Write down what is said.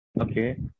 Okay